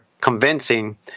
convincing